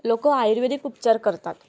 लोकं आयुर्वेदिक उपचार करतात